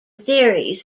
theories